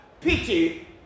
pity